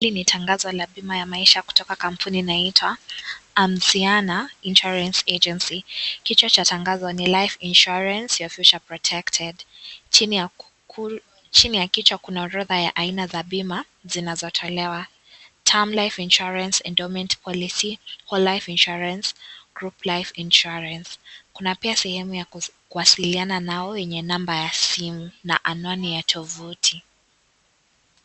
Hili ni tangazo la bima ya maisha kutoka kampuni inayoitwa Anziano Insurance Agency. Kichwa cha tangazo ni life insurance your future protected . Chini ya kichwa kuna orodha ya aina za bima zinazotolewa term life insurance, endowment policy , whole life insurance , group life insurance . Kuna pia sehemu ya kuwasiliana nao yenye namba ya simu na anwani ya tovuti.